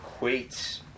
equates